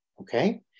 Okay